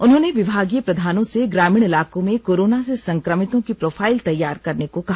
उन्होंने विभागीय प्रधानों से ग्रामीण इलाकों में कोरोना से संक्रमितों की प्रोफाइल तैयार करने को कहा